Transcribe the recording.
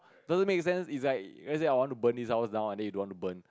doesn't make sense it's like let's say I want to burn this tower down and then you don't want to burn